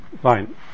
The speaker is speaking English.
Fine